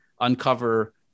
uncover